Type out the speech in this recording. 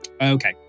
Okay